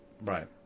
Right